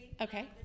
Okay